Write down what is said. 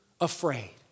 afraid